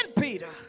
Peter